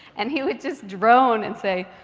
and he would just drone and say,